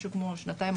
משהו כמו שנתיים-שלוש,